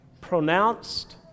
pronounced